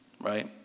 right